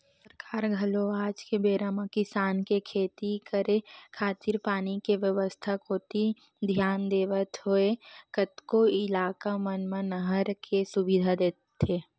सरकार घलो आज के बेरा म किसान के खेती करे खातिर पानी के बेवस्था कोती धियान देवत होय कतको इलाका मन म नहर के सुबिधा देत हे